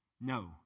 No